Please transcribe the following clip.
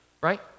right